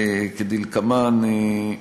כדלקמן: